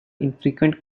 infrequent